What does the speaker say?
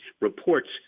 reports